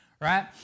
Right